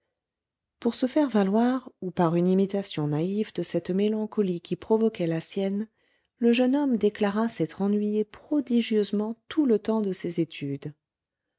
pour se faire valoir ou par une imitation naïve de cette mélancolie qui provoquait la sienne le jeune homme déclara s'être ennuyé prodigieusement tout le temps de ses études